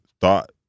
thought